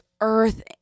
earth